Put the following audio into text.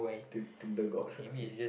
team Tinder god okay